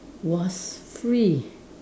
was free